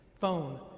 phone